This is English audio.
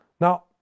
Now